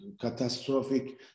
catastrophic